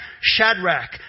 Shadrach